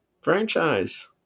franchise